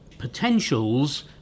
potentials